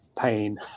pain